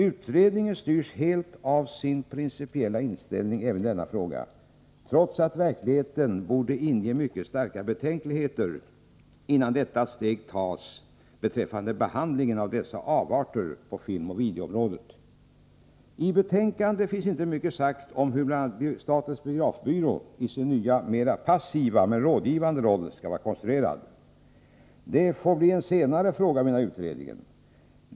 Utredningen styrs helt av sin principiella inställning även i denna fråga, trots att verkligheten borde inge mycket starka betänkligheter att ta detta steg beträffande behandlingen av avarter på filmoch videoområdet. I betänkandet finns inte mycket sagt om hur bl.a. statens biografbyrå i sin nya, mera passiva men rådgivande roll skall vara konstruerad. Det får bli en senare fråga, menar utredningen.